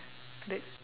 that